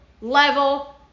level